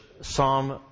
Psalm